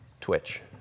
twitch